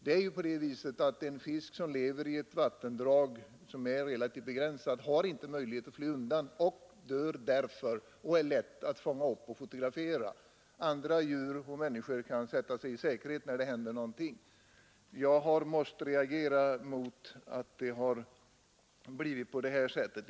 Det är ju på det viset att en fisk som uppehåller sig i ett relativt begränsat vattendrag inte har möjlighet att fly utan dör vid en sådan här olycka och då är lätt att fånga upp och fotografera. Andra djur och människor kan sätta sig i säkerhet när det händer någonting. Jag måste reagera mot att det har blivit på detta sätt när det gäller sådana här utsläpp.